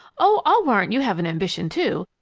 oh, i'll warrant you have an ambition, too!